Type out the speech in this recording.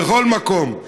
בכל מקום.